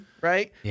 right